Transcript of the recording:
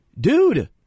dude